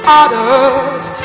others